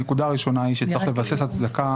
הנקודה הראשונה היא שצריך לבסס הצדקה